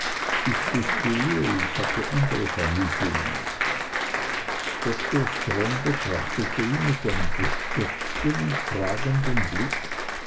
ich gestehe ich hatte andere vermutungen dr strong betrachtete ihn mit einem bestürzten und fragenden blick